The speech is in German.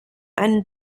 einen